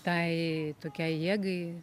tai tokiai jėgai